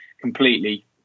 completely